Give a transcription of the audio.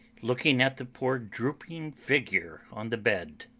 looking at the poor drooping figure on the bed.